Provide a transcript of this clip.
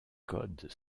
codes